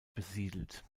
besiedelt